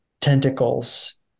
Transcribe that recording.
tentacles